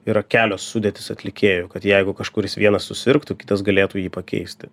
yra kelios sudėtys atlikėjų kad jeigu kažkuris vienas susirgtų kitas galėtų jį pakeisti